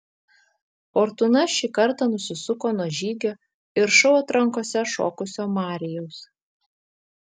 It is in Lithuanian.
fortūna šį kartą nusisuko nuo žygio ir šou atrankose šokusio marijaus